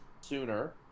sooner